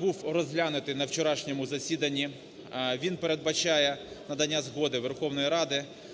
був розглянутий на вчорашньому засіданні. Він передбачає надання згоди Верховної Ради